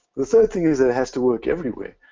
the third thing is it has to work everywhere.